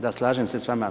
Da, slažem se s vama.